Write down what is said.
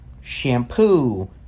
shampoo